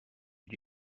did